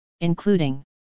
including